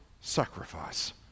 sacrifice